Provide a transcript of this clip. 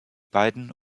beiden